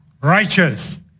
righteous